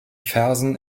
versen